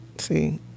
See